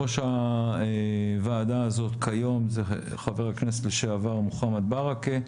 ראש הוועדה הזאת כיום זה חבר הכנסת לשעבר מוחמד בארכה,